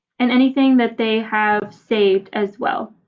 and anything that they have saved as well.